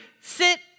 sit